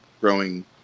growing